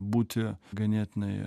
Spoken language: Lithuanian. būti ganėtinai